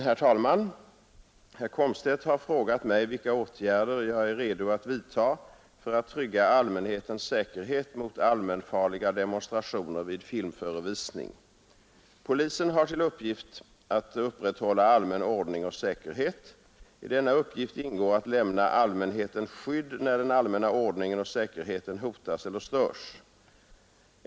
Herr talman! Herr Komstedt har frågat mig vilka åtgärder jag är redo att vidta för att trygga allmänhetens säkerhet mot allmänfarliga demonstrationer vid filmförevisning. Polisen har till uppgift att upprätthålla allmän ordning och säkerhet. I denna uppgift ingår att lämna allmänheten skydd när den allmänna ordningen och säkerheten hotas eller störs.